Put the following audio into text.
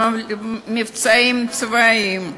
גם על מבצעים צבאיים,